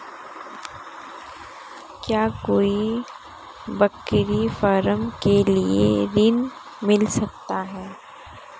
क्या कोई बकरी फार्म के लिए ऋण मिल सकता है?